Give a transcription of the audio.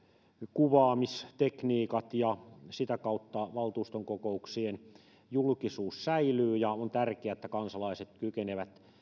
kuvaamistekniikat ja sitä kautta valtuuston kokouksien julkisuus säilyy ja on tärkeää että kansalaiset kykenevät